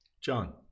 John